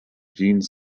jeans